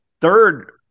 third